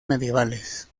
medievales